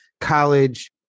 college